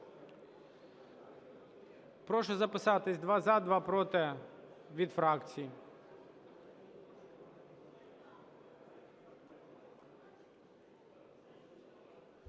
Прошу записатись: два – за, два – проти, від фракцій.